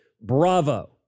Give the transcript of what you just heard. bravo